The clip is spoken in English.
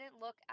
look